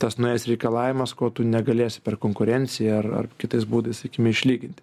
tas naujas reikalavimas ko tu negalėsi per konkurenciją ar ar kitais būdais akim išlyginti